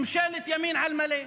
נפתלי בנט אמר לי: ממשלת ימין על מלא.